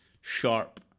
sharp